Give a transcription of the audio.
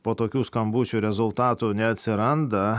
po tokių skambučių rezultatų neatsiranda